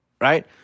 Right